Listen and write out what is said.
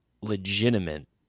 legitimate